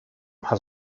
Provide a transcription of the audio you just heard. has